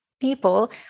people